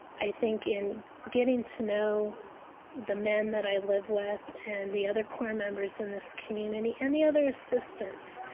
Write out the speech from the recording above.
i think in getting to know the men that i live with and the other core members in this community and the other assistants,